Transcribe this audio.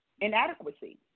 inadequacy